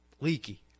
leaky